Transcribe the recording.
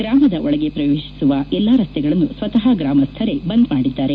ಗ್ರಾಮದ ಒಳಗೆ ಪ್ರವೇಶಿಸುವ ಎಲ್ಲಾ ರಸ್ತೆಗಳನ್ನು ಸ್ವತಃ ಗ್ರಾಮಸ್ಥರೇ ಬಂದ್ ಮಾಡಿದ್ದಾರೆ